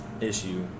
issue